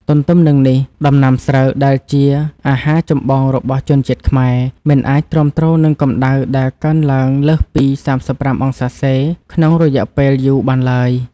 ទន្ទឹមនឹងនេះ ដំណាំស្រូវដែលជាអាហារចម្បងរបស់ជនជាតិខ្មែរ មិនអាចទ្រាំទ្រនឹងកម្ដៅដែលកើនឡើងលើសពី ៣៥°C ក្នុងរយៈពេលយូរបានឡើយ។